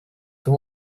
two